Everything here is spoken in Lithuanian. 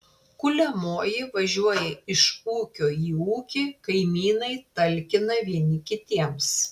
kuliamoji važiuoja iš ūkio į ūkį kaimynai talkina vieni kitiems